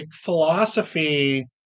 philosophy